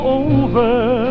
over